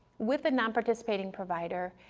with a nonparticipating provider,